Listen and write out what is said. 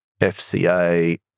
FCA